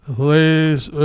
please